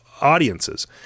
audiences